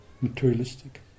materialistic